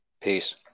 Peace